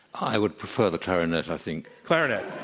i would prefer the clarinet, i think. clarinet.